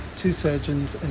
two surgeons